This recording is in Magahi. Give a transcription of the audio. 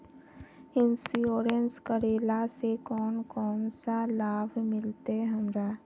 इंश्योरेंस करेला से कोन कोन सा लाभ मिलते हमरा?